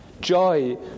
joy